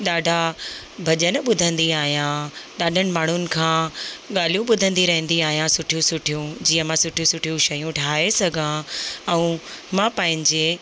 ॾाढा भॼन ॿुधंदी आहियां ॾाढनि माण्हुनि खां ॻाल्हियूं ॿुधंदी रहंदी आहियां सुठियूं सुठियूं जीअं मां सुठियूं सुठियूं शयूं ठाहे सघां ऐं मां पंहिंजे